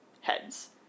heads